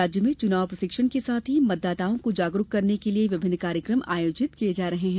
प्रदेश में चुनाव प्रशिक्षण के साथ ही मतदाताओं को जागरूक करने के लिये विभिन्न कार्यक्रम आयोजित किये जा रहे हैं